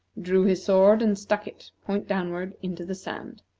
drew his sword, and stuck it, point downward, into the sand.